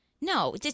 No